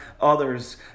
others